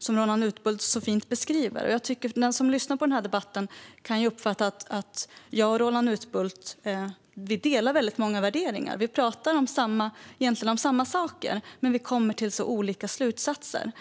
som Roland Utbult så fint beskriver. Den som lyssnar på debatten kan uppfatta att jag och Roland Utbult delar många värderingar. Vi talar egentligen om samma saker, men vi kommer fram till så olika slutsatser.